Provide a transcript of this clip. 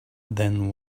then